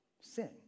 Sin